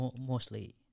mostly